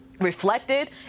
reflected